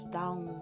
down